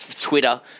Twitter